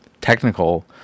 technical